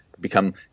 Become